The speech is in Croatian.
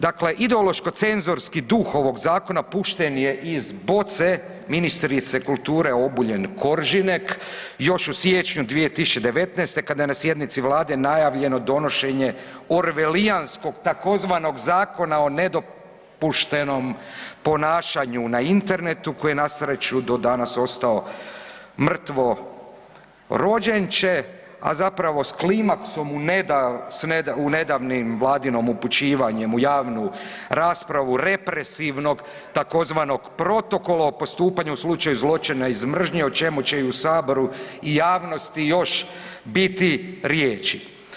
Dakle ideološko cenzorski duh ovoga Zakona pušten je iz boce ministrice kulture Obuljen Koržinek još u siječnju 2019. kada je na sjednici Vlade najavljeno donošenje orvelijanskog tzv. zakona o nedopuštenom ponašanju na internetu koji je na sreću do danas ostao mrtvo rođenče, a zapravo s klimaksom u ne da, u nedavnim Vladinom upućivanjem u javnu raspravu represivnog tzv. protokola o postupanju u slučaju zločina iz mržnje o čemu će i u saboru i javnosti još biti riječi.